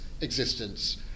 existence